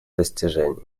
достижений